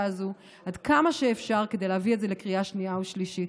הזאת עד כמה שאפשר כדי להביא את זה לקריאה שנייה ושלישית.